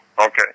Okay